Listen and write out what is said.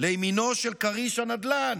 לימינו של כריש הנדל"ן,